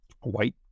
white